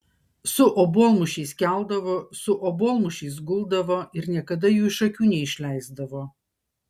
su obuolmušiais keldavo su obuolmušiais guldavo ir niekada jų iš akių neišleisdavo